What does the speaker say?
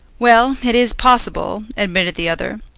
well, it is possible, admitted the other.